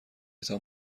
تان